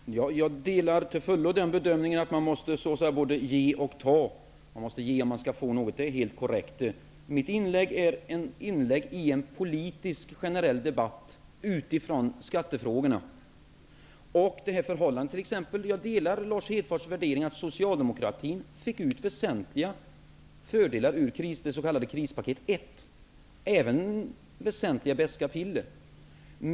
Herr talman! Jag delar till fullo bedömningen att man måste både ge och ta. Man måste ge om man skall få något. Det är korrekt. Mitt inlägg är ett inlägg i en politiskt generell debatt om skattefrågorna. Jag delar Lars Hedfors värdering att socialdemokratin fick ut väsentliga fördelar ur det s.k. krispaket 1, men även väsentliga beska piller.